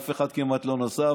אף אחד כמעט לא נסע,